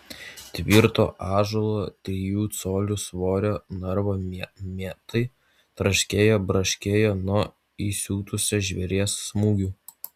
tvirto ąžuolo trijų colių storio narvo mietai traškėjo braškėjo nuo įsiutusio žvėries smūgių